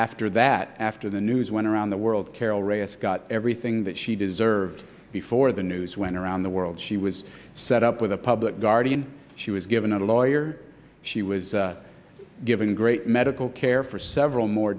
after that after the news went around the world carol reyes got everything that she deserved before the news went around the world she was set up with the public guardian she was given a lawyer she was given great medical care for several more